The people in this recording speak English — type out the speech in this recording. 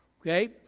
Okay